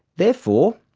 therefore,